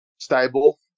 Stable